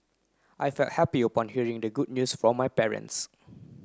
I felt happy upon hearing the good news from my parents